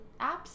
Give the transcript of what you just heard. apps